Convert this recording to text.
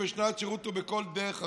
בשנת שירות ובכל דרך אחרת,